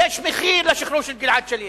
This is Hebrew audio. מחיר לשחרור של גלעד שליט.